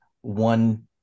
One